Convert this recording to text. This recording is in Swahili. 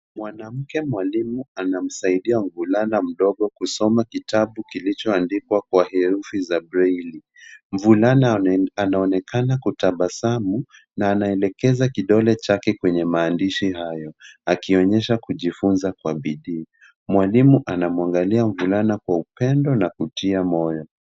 Mwanamke mwalimu anamsaidia mvulana mdogo kusoma kitabu kilichoandikwa kwa herufi za brailli, mvulana anaonekana kutabasamu na anaelekeza kidole chake kwenye maandishi hayo akionyesha kujifunza kwa bidii. Mwalimu anamwangalia mvulana kwa upendo na kutia moyo.